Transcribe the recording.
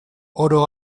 oro